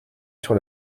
sur